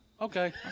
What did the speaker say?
Okay